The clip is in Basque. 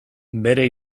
bere